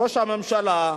ראש הממשלה,